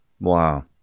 Wow